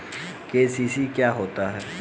KCC क्या होता है?